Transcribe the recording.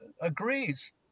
agrees